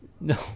No